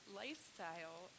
lifestyle